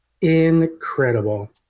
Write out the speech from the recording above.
incredible